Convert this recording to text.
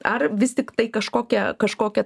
ar vis tiktai kažkokia kažkokia